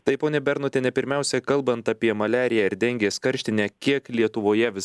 tai ponia bernotiene pirmiausia kalbant apie maliariją ir dengės karštinę kiek lietuvoje vis